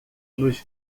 nos